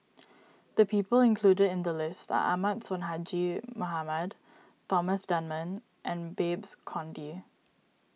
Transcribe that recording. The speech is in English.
the people included in the list are Ahmad Sonhadji Mohamad Thomas Dunman and Babes Conde